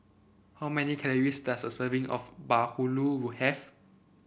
how many calories does a serving of Bahulu have